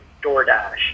DoorDash